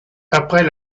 après